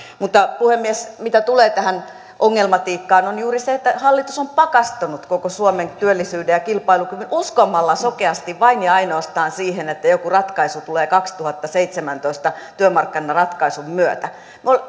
mutta puhemies mitä tulee tähän ongelmatiikkaan niin juuri se että hallitus on pakastanut koko suomen työllisyyden ja kilpailukyvyn uskomalla sokeasti vain ja ainoastaan siihen että joku ratkaisu tulee kaksituhattaseitsemäntoista työmarkkinaratkaisun myötä